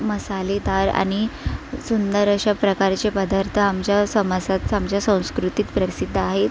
मसालेदार आणि सुंदर अशा प्रकारचे पदार्थ आमच्या समाजात आमच्या संस्कृतीत प्रसिद्ध आहेत